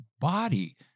body